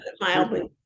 Mildly